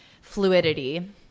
fluidity